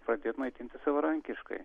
pradėt maitintis savarankiškai